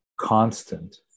constant